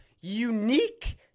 unique